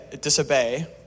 disobey